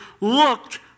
looked